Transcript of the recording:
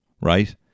right